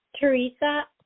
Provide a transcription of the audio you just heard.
Teresa